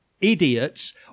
Idiots